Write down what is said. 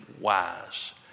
wise